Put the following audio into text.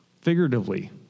Figuratively